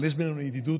אבל יש בינינו ידידות,